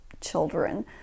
children